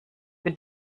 für